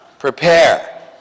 Prepare